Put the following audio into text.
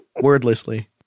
Wordlessly